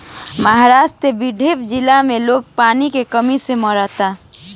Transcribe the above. महाराष्ट्र के विदर्भ जिला में लोग पानी के कमी से मरता